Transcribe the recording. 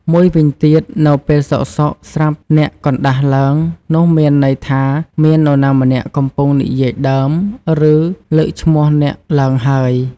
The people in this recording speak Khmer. មួយវិញទៀត នៅពេលសុខៗ ស្រាប់អ្នកកណ្ដាស់ឡើង នោះមានន័យថាមាននរណាម្នាក់កំពុងនិយាយដើម ឬ លើកឈ្មោះអ្នកឡើងហើយ។